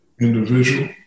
individual